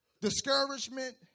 discouragement